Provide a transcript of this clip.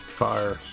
fire